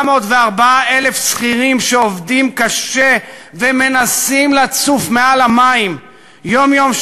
404,000 שכירים שעובדים קשה ומנסים לצוף מעל המים יום-יום,